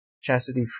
Chastity